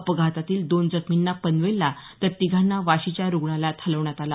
अपघातातील दोन जखमींना पनवेलला तर तिघांना वाशीच्या रुग्णालयात हलवण्यात आले